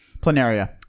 planaria